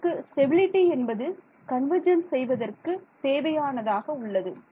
நமக்கு ஸ்டெபிலிட்டி என்பது கன்வர்ஜென்ஸ் செய்வதற்கு தேவையானதாக உள்ளது